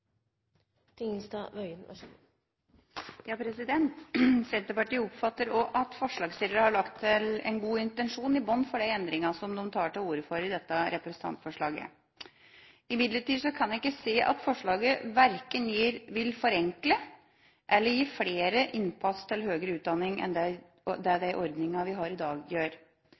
Senterpartiet oppfatter også at forslagsstillerne har lagt en god intensjon i bunnen for de endringer som de tar til orde for i dette representantforslaget. Imidlertid kan jeg ikke se at forslaget vil verken forenkle eller gi flere innpass til høyere utdanning, enn de ordningene vi har i dag.